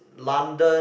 London